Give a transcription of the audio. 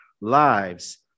lives